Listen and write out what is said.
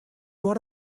what